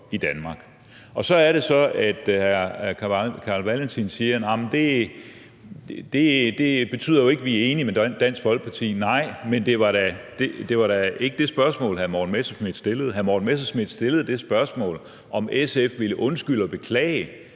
i Danmark. Så er det så, at hr. Carl Valentin siger: Det betyder jo ikke, at vi er enige med Dansk Folkeparti. Nej, men det var da ikke det spørgsmål, hr. Morten Messerschmidt stillede. Hr. Morten Messerschmidt stillede det spørgsmål, om SF ville undskylde og beklage,